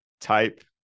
type